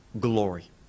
glory